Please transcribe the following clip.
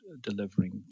delivering